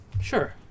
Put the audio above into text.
Sure